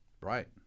Right